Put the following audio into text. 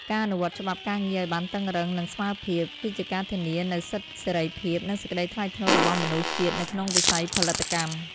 ការអនុវត្តច្បាប់ការងារឱ្យបានតឹងរ៉ឹង និងស្មើភាព គឺជាការធានានូវសិទ្ធិសេរីភាព និងសេចក្ដីថ្លៃថ្នូររបស់មនុស្សជាតិនៅក្នុងវិស័យផលិតកម្ម។